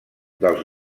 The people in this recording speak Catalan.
dels